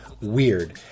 Weird